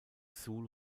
suhl